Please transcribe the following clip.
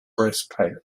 breastplate